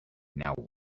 now